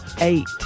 eight